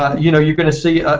you know you can see ah.